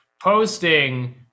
posting